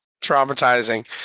traumatizing